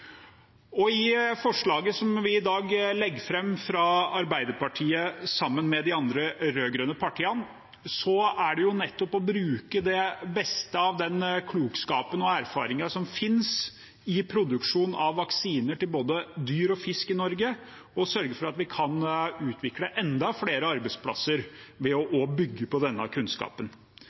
Forslaget som vi i dag legger fram fra Arbeiderpartiet, sammen med de andre rød-grønne partiene, går nettopp på å bruke det beste av den klokskapen og erfaringene som finnes i produksjon av vaksiner til både dyr og fisk i Norge, og sørge for at vi kan utvikle enda flere arbeidsplasser ved å bygge på denne kunnskapen.